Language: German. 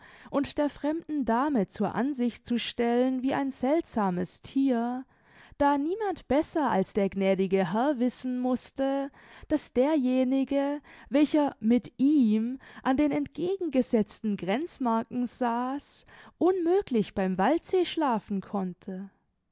und der fremden dame zur ansicht zu stellen wie ein seltsames thier da niemand besser als der gnädige herr wissen mußte daß derjenige welcher mit ihm an den entgegengesetzten grenzmarken saß unmöglich beim waldsee schlafen konnte